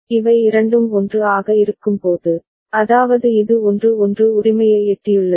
இவை இரண்டும் 1 ஆக இருக்கும்போது அதாவது இது 1 1 உரிமையை எட்டியுள்ளது